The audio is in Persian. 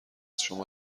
شما